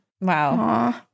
Wow